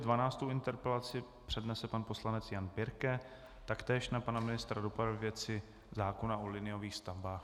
Dvanáctou interpelaci přednese pan poslanec Jan Birke, taktéž na pana ministra dopravy, ve věci zákona o liniových stavbách.